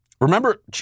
Remember